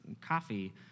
Coffee